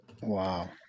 Wow